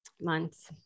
months